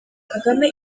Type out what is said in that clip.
kagame